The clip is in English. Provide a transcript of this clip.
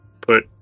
put